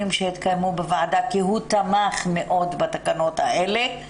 שהתקיימו בוועדה כי הוא תמך מאוד בתקנות האלה.